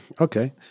Okay